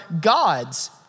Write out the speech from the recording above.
gods